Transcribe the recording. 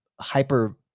hyper